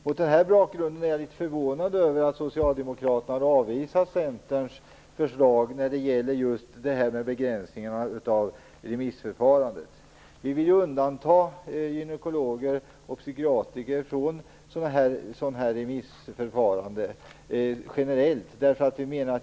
Mot den bakgrunden är jag litet förvånad över att socialdemokraterna har avvisat Centerns förslag när det gäller just begränsningen av remissförfarandet. Vi vill undanta gynekologer och psykiatriker generellt från remissförfarande.